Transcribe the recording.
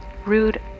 rude